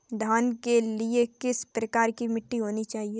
धान के लिए किस प्रकार की मिट्टी होनी चाहिए?